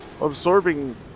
absorbing